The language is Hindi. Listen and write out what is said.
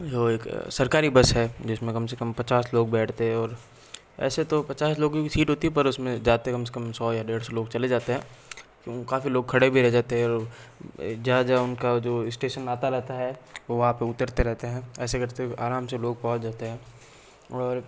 जो एक सरकारी बस है जिसमें कम से कम पचास लोग बैठते हैं और ऐसे तो पचास लोगों की सीट होती हैं पर उसमें जाते कम से कम सौ या डेढ़ सौ लोग चले जाते हैं क्यों काफ़ी लोग खड़े भी रह जाते हैं और जहाँ जहाँ उनका जो स्टेशन आता रहता है वो वहाँ पर उतरते रहते हैं ऐसे करते हुए आराम से लोग पहुँच जाते हैं और